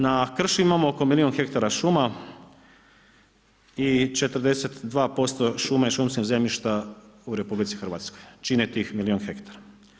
Na kršu imamo oko milijun hektara šuma i 42% šuma i šumskog zemljišta u RH čine tih milijun hektara.